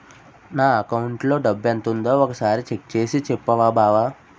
నా అకౌంటులో డబ్బెంతుందో ఒక సారి చెక్ చేసి చెప్పవా బావా